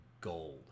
gold